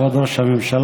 כבוד ראש הממשלה,